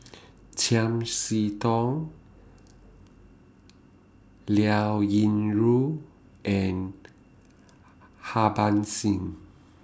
Chiam See Tong Liao Yingru and Harbans Singh